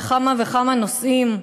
בכמה וכמה נושאים,